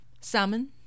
Salmon